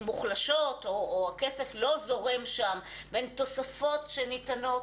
מוחלשות או הכסף לא זורם שם בין תוספות שניתנות